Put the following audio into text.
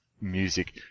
music